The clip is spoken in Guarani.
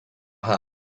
ha